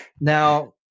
Now